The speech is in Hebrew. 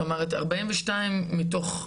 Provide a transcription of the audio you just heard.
זאת אומרת 42 מתוך אלפים,